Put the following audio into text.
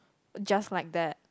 just like that